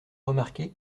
remarquer